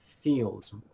feels